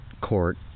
Court